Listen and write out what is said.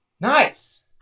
Nice